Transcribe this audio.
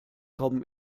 kommen